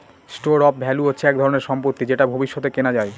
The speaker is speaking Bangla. স্টোর অফ ভ্যালু হচ্ছে এক ধরনের সম্পত্তি যেটা ভবিষ্যতে কেনা যায়